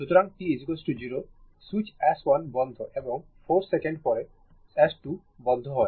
সুতরাং t 0 switch S1 বন্ধ এবং 4 সেকেন্ড পরে S2 বন্ধ হয়